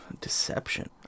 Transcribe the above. deception